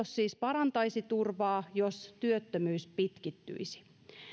siis parantaisi turvaa jos työttömyys pitkittyisi